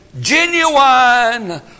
genuine